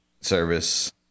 service